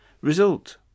Result